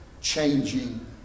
changing